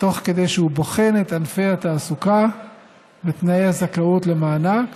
תוך כדי שהוא בוחן את ענפי התעסוקה ותנאי הזכאות למענק